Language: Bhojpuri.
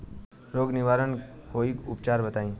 रोग निवारन कोई उपचार बताई?